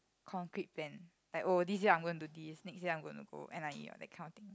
concrete plan like oh this year I'm going to do this next year I'm going to go n_i_e or that kind of thing